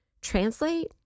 translate